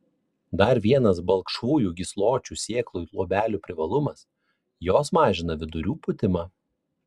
dar vienas balkšvųjų gysločių sėklų luobelių privalumas jos mažina vidurių pūtimą